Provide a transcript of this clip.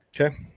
Okay